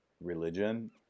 religion